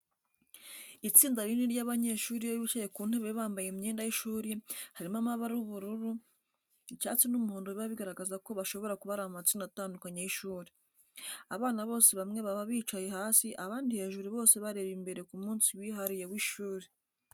Itsinda rinini ry'abanyeshuri iyo bicaye ku ntebe bambaye imyenda y'ishuri harimo amabara ubururu, icyatsi n'umuhondo biba bigaragaza ko bashobora kuba ari amatsinda atandukanye y'ishuri. Abana bose bamwe baba bicaye hasi abandi hejuru bose bareba imbere ku munsi wihariye w'ishuri.